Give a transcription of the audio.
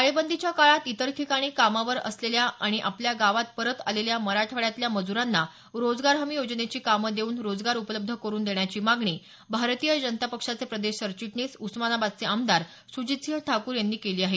टाळेबंदीच्या काळात इतर ठिकाणी कामावर असलेल्या आणि आपल्या गावात परत आलेल्या मराठवाड्यातल्या मजुरांना रोजगार हमी योजनेची कामं देऊन रोजगार उपलब्ध करून देण्याची मागणी भारतीय जनता पक्षाचे प्रदेश सरचिटणीस उस्मानाबादचे आमदार सुजितसिंह ठाकूर यांनी केली आहे